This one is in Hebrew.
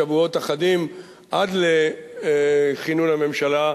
שבועות אחדים עד לכינון הממשלה,